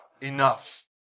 enough